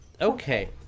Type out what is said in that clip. Okay